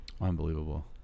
Unbelievable